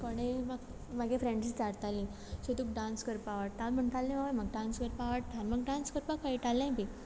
कोणेंय म्हाका म्हागे फ्रॅण्स इचारतालीं सो तुका डांस करपा आवडटा हांव म्हणटालें हय म्हाका डांस करपा आवडटा आनी म्हाका डांस करपा कळटालेंय बी